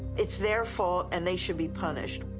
it's their fault and they should be punished.